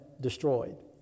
destroyed